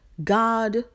God